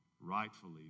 rightfully